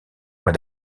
mois